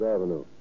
Avenue